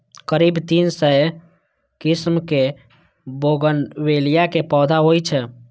करीब तीन सय किस्मक बोगनवेलिया के पौधा होइ छै